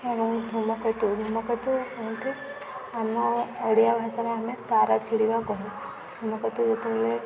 ଏବଂ ଧୁମକେତୁ ଧୂୁମକେତୁ ଏମତି ଆମ ଓଡ଼ିଆ ଭାଷାରେ ଆମେ ତାରା ଛିଡ଼ିବା କହୁ ଧୁମକେତୁ ଯେତେବେଳେ